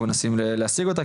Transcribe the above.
אנחנו מנסים להשיג אותה,